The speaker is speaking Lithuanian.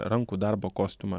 rankų darbo kostiumą